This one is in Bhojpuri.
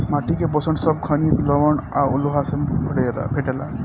माटी के पोषण सब खनिज, लवण आ लोहा से भेटाला